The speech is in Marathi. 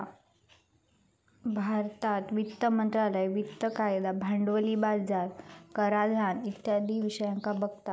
भारतात वित्त मंत्रालय वित्तिय कायदा, भांडवली बाजार, कराधान इत्यादी विषयांका बघता